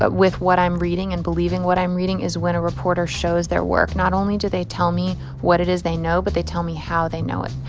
but with what i'm reading and believing what i'm reading is when a reporter shows their work. not only do they tell me what it is they know, but they tell me how they know it.